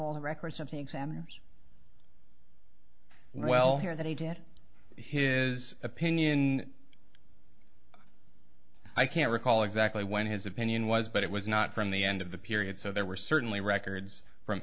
all the records of the examiners well here that he did his opinion i can't recall exactly when his opinion was but it was not from the end of the period so there were certainly records from